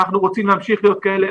אנחנו רוצים להמשיך להיות כאלה,